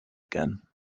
again